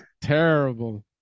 terrible